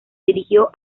dirigió